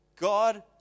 God